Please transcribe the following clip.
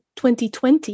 2020